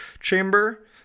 chamber